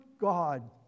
God